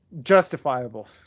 justifiable